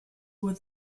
were